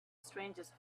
strangest